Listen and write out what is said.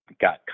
got